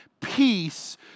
peace